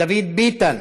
דוד ביטן?